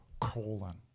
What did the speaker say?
colon